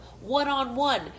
one-on-one